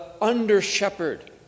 under-shepherd